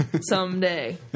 Someday